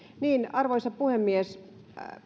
käydä arvoisa puhemies